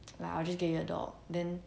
like I'll just give you a dog then